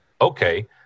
okay